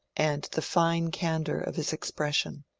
and the fine can dour of his expression.